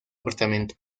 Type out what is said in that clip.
apartamento